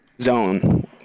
zone